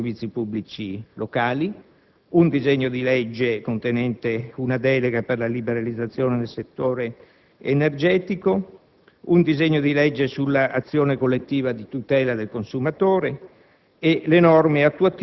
un disegno di legge sui servizi pubblici locali, un disegno di legge contenente una delega per la liberalizzazione nel settore energetico, un disegno di legge sull'azione collettiva di tutela del consumatore